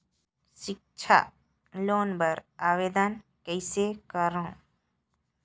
सिक्छा लोन बर आवेदन कइसे करव?